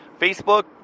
Facebook